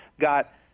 got